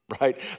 Right